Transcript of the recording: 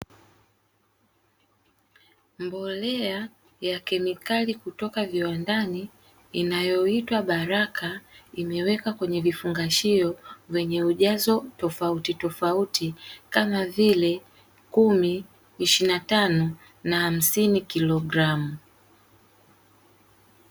Mbolea ya kemikali kutoka viwandani inayoitwa baraka, imewekwa kwenye vifungashio vyenye ujazo tofauti tofauti kama vile: kumi, ishirini na tano, na hamsini kilogramu.